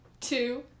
two